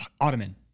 Ottoman